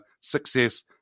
success